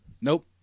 nope